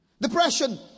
Depression